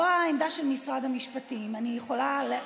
זה פשוט לא נכון.